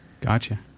Gotcha